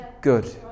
good